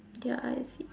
ya I see